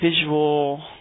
visual